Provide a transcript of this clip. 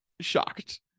shocked